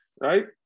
right